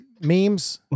memes